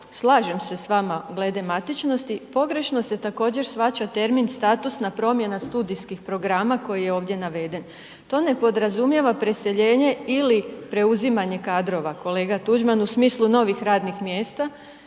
slažem se s vama glede matičnosti, pogrešno se također, shvaća termin statusna promjena studijskih programa koji je ovdje naveden. To ne podrazumijeva preseljenje ili preuzimanje kadrova, kolega Tuđman u smislu novih radnih mjesta,